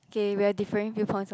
okay we are differing few points on